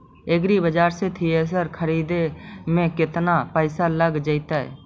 एग्रिबाजार से थ्रेसर खरिदे में केतना पैसा लग जितै?